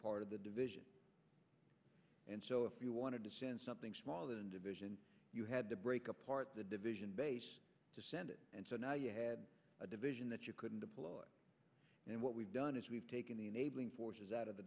part of the division and so if you wanted to send something smaller than division you had to break apart the division base to send it and so now you had a division that you couldn't deploy and what we've done is we've taken enabling forces out of the